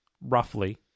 roughly